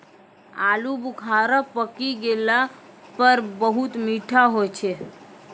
आलू बुखारा पकी गेला पर बहुत मीठा होय छै